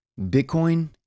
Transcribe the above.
Bitcoin